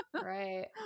right